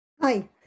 Hi